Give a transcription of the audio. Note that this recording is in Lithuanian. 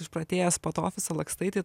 išprotėjęs po tą ofisą lakstai tai